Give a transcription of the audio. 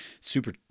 super